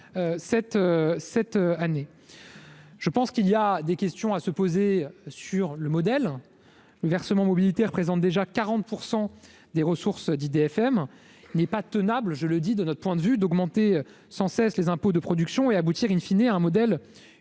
Il y a selon moi des questions à se poser sur le modèle. Le versement mobilité représente 40 % des ressources d'IDFM. Il n'est pas tenable, de notre point de vue, d'augmenter sans cesse les impôts de production pour aboutir,, à un modèle